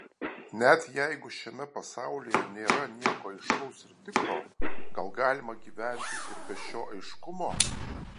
net jeigu šiame pasaulyje nėra nieko aiškaus ir tikro gal galima gyventi ir be šio aiškumo